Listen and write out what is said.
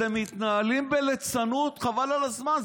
אתם מתנהלים בליצנות, חבל על הזמן.